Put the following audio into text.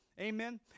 Amen